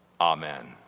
Amen